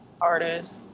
artist